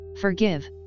forgive